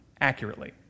accurately